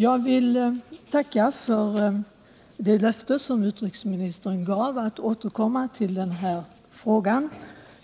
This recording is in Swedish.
Jag vill tacka för det löfte som utrikesministern gav om att återkomma till frågan.